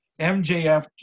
MJF